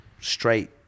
straight